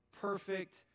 perfect